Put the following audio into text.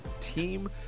team